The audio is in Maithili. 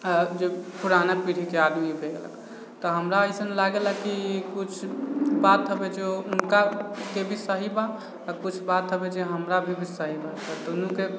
अऽ जे पुराना पीढ़ीके आदमी भए गेलक तऽ हमरा अइसन लागलक कि कुछ बात हबे जो उनकाके भी सही बा आओर कुछ बात हबे जे हमरा भी सही बा तऽ दुनूके